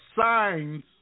signs